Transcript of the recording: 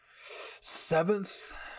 seventh